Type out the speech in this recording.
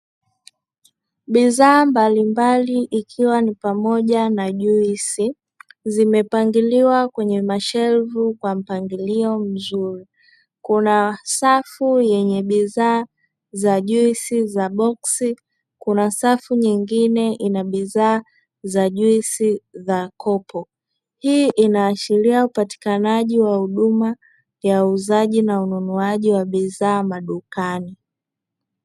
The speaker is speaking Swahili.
Bidhaa mbalimbali ikiwa ni pamoja na juisi, zimepangiliwa kwenye mashelvu kwenye mpangilio mzuri. Kuna safu zenye bidhaa za juisi za boksi, kuna safu nyingine ina bidhaa za juisi za kopo, hii inaashiria upatikanaji wa huduma ya uuzaji na ununuaji wa bidhaa madukani.